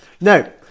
No